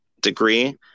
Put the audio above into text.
degree